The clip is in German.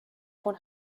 von